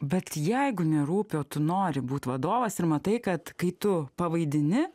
bet jeigu nerūpio tu nori būti vadovas ir matai kad kai tu pavaidini